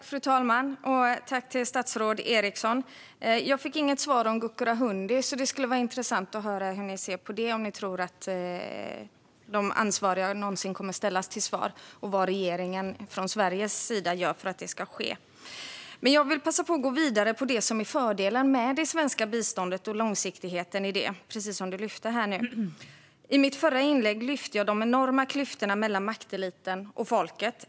Fru talman! Tack, statsrådet Eriksson! Jag fick inget svar om Gukurahundi. Det skulle vara intressant att höra hur ni ser på det, om ni tror att de ansvariga någonsin kommer att ställas till svars och vad regeringen från Sveriges sida gör för att det ska ske. Jag vill passa på att gå vidare med det som är fördelen med det svenska biståndet och långsiktigheten i det, precis som statsrådet lyfte fram. I mitt förra inlägg lyfte jag fram de enorma klyftorna mellan makteliten och folket.